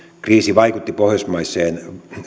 kriisi vaikutti pohjoismaiseen